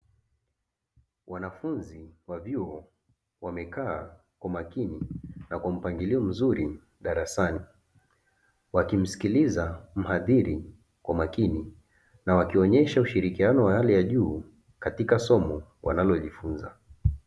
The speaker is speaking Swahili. Wanafunzi wa vyuo wamekaa kwa makini na kwa mpangilio mzuri darasani, wakimsikiliza mhadhiri kwa makini na wakionyesha ushirikiano wa hali ya juu katika somo wanalojifunza.